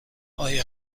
آیا